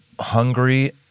Hungry